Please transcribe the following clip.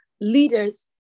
leaders